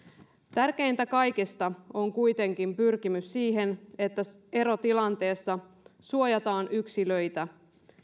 tärkeintä kaikesta on kuitenkin pyrkimys siihen että erotilanteessa suojataan yksilöitä